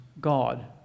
God